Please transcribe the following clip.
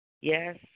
Yes